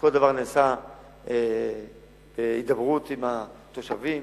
כל דבר נעשה בהידברות עם התושבים,